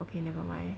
okay never mind